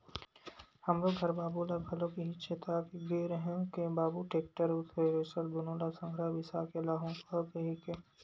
हमरो घर बाबू ल घलोक इहीं चेता के गे रेहे हंव के बाबू टेक्टर अउ थेरेसर दुनो ल संघरा बिसा के लाहूँ गा कहिके